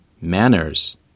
manners